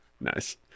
Nice